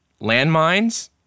landmines